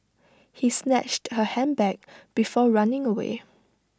he snatched her handbag before running away